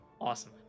Awesome